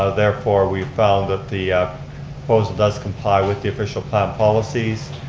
ah therefore, we've fond that the proposal does comply with the official plan policies.